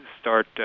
start